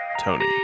Tony